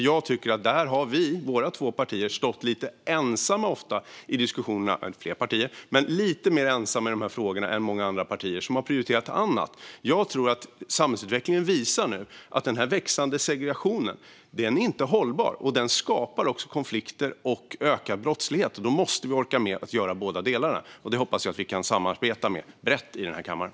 Jag tycker att vi, våra två partier, har stått lite ensamma i de frågorna i förhållande till många andra partier som har prioriterat annat. Jag tror att samhällsutvecklingen nu visar att den växande segregationen inte är hållbar. Den skapar också konflikter och ökad brottslighet. Då måste vi orka med att göra båda delarna. Det hoppas jag att vi kan samarbeta om brett i den här kammaren.